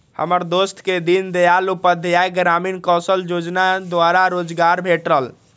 हमर दोस के दीनदयाल उपाध्याय ग्रामीण कौशल जोजना द्वारा रोजगार भेटल